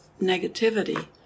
negativity